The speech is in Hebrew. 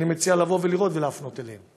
אני מציע להפנות אותן אליהם.